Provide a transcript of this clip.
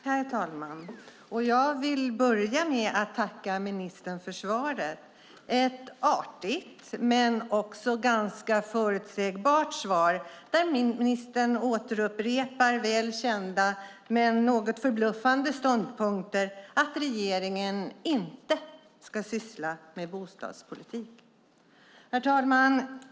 Herr talman! Jag vill börja med att tacka ministern för svaret. Det är ett artigt men också ganska förutsägbart svar där ministern upprepar kända men något förbluffande ståndpunkter, nämligen att regeringen inte ska syssla med bostadspolitik. Herr talman!